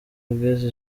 ageza